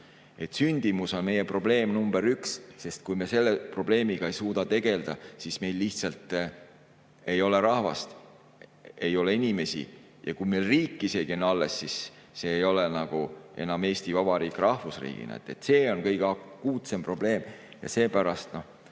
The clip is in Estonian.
sündimus on meie probleem number üks, sest kui me selle probleemiga ei suuda tegelda, siis meil lihtsalt ei ole rahvast, ei ole inimesi. Ja isegi kui meil riik on alles, siis see ei ole enam Eesti Vabariik rahvusriigina. See on kõige akuutsem probleem ja seepärast